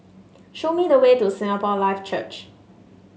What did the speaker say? show me the way to Singapore Life Church